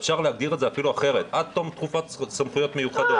אפשר להגדיר את זה אחרת: עד תום תקופת הסמכויות המיוחדות.